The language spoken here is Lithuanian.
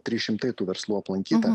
trys šimtai tų verslų aplankyta